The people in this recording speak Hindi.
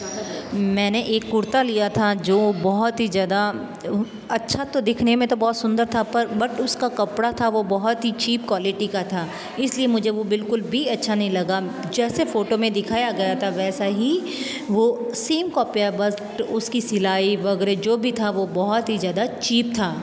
मैंने एक कुर्ता लिया था जो बहुत ही ज़्यादा अच्छा तो दिखने में तो बहुत सुंदर था पर बट उसका कपड़ा था वह बहुत ही चीप क्वालिटी का था इसलिए मुझे वह बिल्कुल भी अच्छा नहीं लगा जैसे फ़ोटो में दिखाया गया था वैसा ही वह सेम कॉपी है बट बस उसकी सिलाई वगैरह जो भी था वह बहुत ही ज़्यादा चीप था